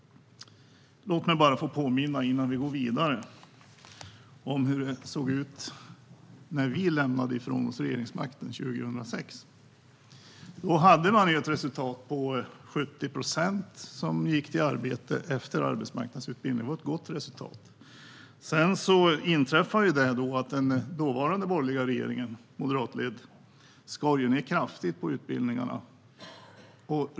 Låt mig påminna, innan vi går vidare, om hur det såg ut när vi lämnade ifrån oss regeringsmakten 2006. Då hade man ett resultat på 70 procent som gick till arbete efter arbetsmarknadsutbildning. Det var ett gott resultat. Sedan skar den dåvarande borgerliga, moderatledda regeringen ned kraftigt på utbildningarna.